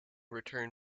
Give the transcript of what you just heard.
return